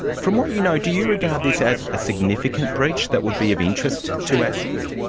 from what you know, do you regard this as a significant breach that would be of interest to asic?